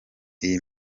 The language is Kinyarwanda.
iyi